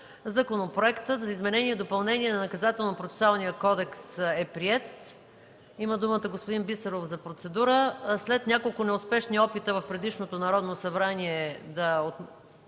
Законопроектът за изменение и допълнение на Наказателно-процесуалния кодекс е приет. Господин Бисеров има думата за процедура. След няколко неуспешни опита в предишното Народно събрание да върнем